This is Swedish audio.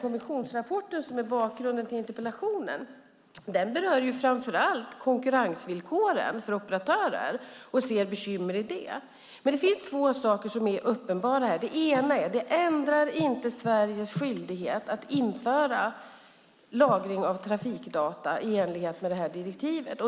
Kommissionsrapporten som är bakgrunden till interpellationen berör framför allt konkurrensvillkoren för operatörer och ser bekymmer i det. Det finns dock två uppenbara saker. Den ena är att det inte ändrar Sveriges skyldighet att införa lagring av trafikdata i enlighet med direktivet.